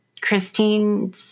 Christine